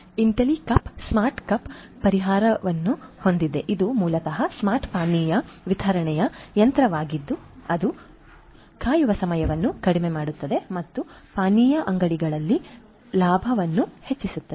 Intellicup smart cup ಪರಿಹಾರವನ್ನು ಹೊಂದಿದೆ ಇದು ಮೂಲತಃ ಸ್ಮಾರ್ಟ್ ಪಾನೀಯ ವಿತರಣಾ ಯಂತ್ರವಾಗಿದ್ದು ಅದು ಕಾಯುವ ಸಮಯವನ್ನು ಕಡಿಮೆ ಮಾಡುತ್ತದೆ ಮತ್ತು ಪಾನೀಯ ಅಂಗಡಿಗಳಲ್ಲಿ ಲಾಭವನ್ನು ಹೆಚ್ಚಿಸುತ್ತದೆ